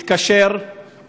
מתקשר,